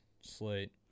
slate